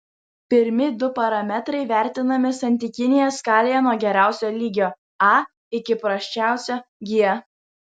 pirmi du parametrai vertinami santykinėje skalėje nuo geriausio lygio a iki prasčiausio g